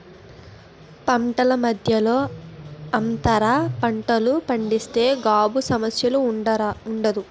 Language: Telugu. పంటల మధ్యలో అంతర పంటలు పండిస్తే గాబు సమస్య ఉండదు